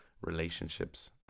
relationships